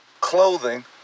clothing